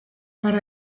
but